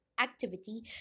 activity